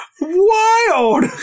Wild